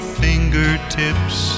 fingertips